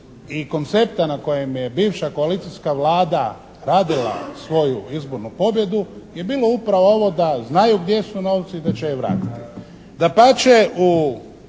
i koncepta na kojem je bivša koalicijska Vlada radila svoju izbornu pobjedu je bilo upravo ovo da znaju gdje su novci i da će je vratiti.